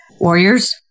warriors